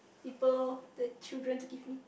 people the children give me